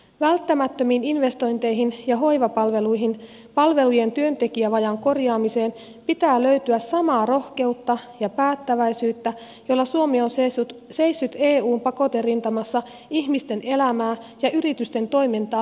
välttämättömiin investointeihin ja hoivapalvelujen työntekijävajeen korjaamiseen pitää löytyä samaa rohkeutta ja päättäväisyyttä jolla suomi on seissyt eun pakoterintamassa ihmisten elämää ja yritysten toimintaa vaikeuttamassa